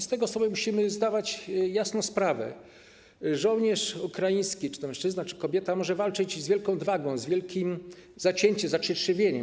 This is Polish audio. Z tego sobie musimy zdawać jasno sprawę: żołnierz ukraiński, czy to mężczyzna, czy kobieta, może walczyć z wielką odwagą, z wielkim zacięciem, zacietrzewieniem.